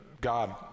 God